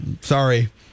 Sorry